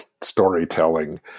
storytelling